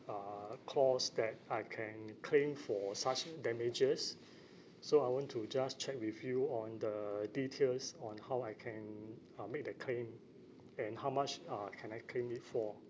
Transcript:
uh clause that I can claim for such damages so I want to just check with you on the details on how I can uh make the claim and how much uh can I claim it for